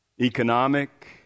economic